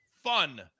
Fun